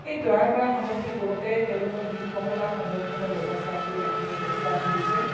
সেই তৈয়াৰ কৰা সামগ্ৰীবোৰতে তেওঁলোকৰ শিল্পকলা সংৰক্ষণৰ ব্যৱস্থা কৰি ৰাখিব চেষ্টা কৰিছে